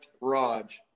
Raj